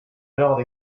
alors